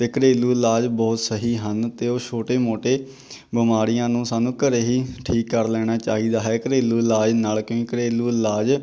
ਅਤੇ ਘਰੇਲੂ ਇਲਾਜ ਬਹੁਤ ਸਹੀ ਹਨ ਅਤੇ ਉਹ ਛੋਟੇ ਮੋਟੇ ਬਿਮਾਰੀਆਂ ਨੂੰ ਸਾਨੂੰ ਘਰ ਹੀ ਠੀਕ ਕਰ ਲੈਣਾ ਚਾਹੀਦਾ ਹੈ ਘਰੇਲੂ ਇਲਾਜ ਨਾਲ ਕਿਉਂਕਿ ਘਰੇਲੂ ਇਲਾਜ